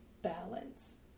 Balance